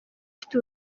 mfite